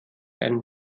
einen